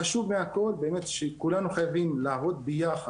החשוב מהכל באמת הוא שכולנו חייבים לעבוד ביחד.